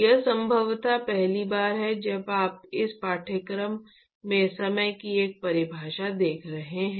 यह संभवत पहली बार है जब आप इस पाठ्यक्रम में समय की एक परिभाषा देख रहे हैं